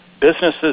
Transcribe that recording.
businesses